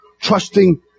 Trusting